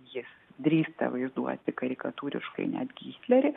jis drįsta vaizduoti karikatūriškai net hitlerį